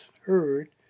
heard